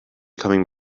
coming